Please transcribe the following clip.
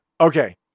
Okay